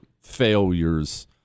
failures